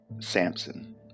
Samson